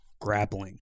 grappling